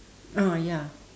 ah ya